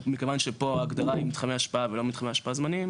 מכיוון שפה ההגדרה היא מתחמי השפעה ולא מתחמי השפעה זמניים